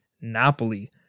Napoli